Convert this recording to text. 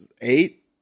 Eight